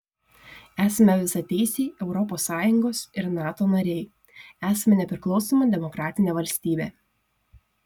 esame visateisiai europos sąjungos ir nato nariai esame nepriklausoma demokratinė valstybė